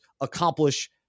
accomplish